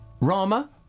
Rama